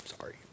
Sorry